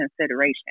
consideration